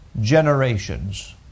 generations